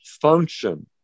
function